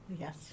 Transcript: Yes